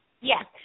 Yes